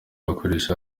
bakoresha